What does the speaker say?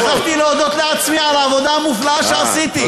שכחתי להודות לעצמי על העבודה המופלאה שעשיתי.